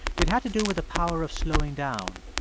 it had to do with the power of slowing down,